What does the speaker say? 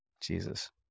jesus